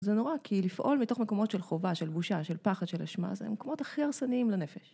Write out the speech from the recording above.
זה נורא, כי לפעול מתוך מקומות של חובה, של בושה, של פחד, של אשמה, זה המקומות הכי הרסניים לנפש.